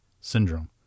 Syndrome